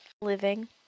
living